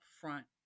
front